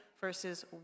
verses